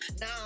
now